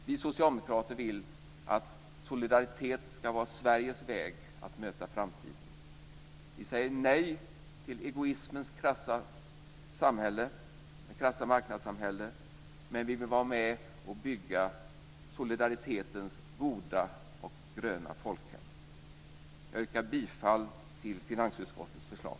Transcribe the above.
Vi socialdemokrater vill att solidaritet ska vara Sveriges väg att möta framtiden. Vi säger nej till egoismens krassa marknadssamhälle, men vi vill vara med och bygga solidaritetens goda och gröna folkhem. Jag yrkar bifall till finansutskottets förslag.